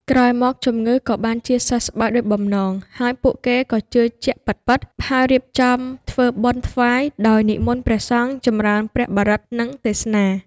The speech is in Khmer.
ក្រោយមកជំងឺក៏បានជាសះស្បើយដូចបំណង ហើយពួកគេក៏ជឿជាក់ពិតៗ ហើយរៀបចំធ្វើបុណ្យថ្វាយ ដោយនិមន្តព្រះសង្ឃចម្រើនព្រះបរិត្ត និងទេសនា។